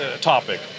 topic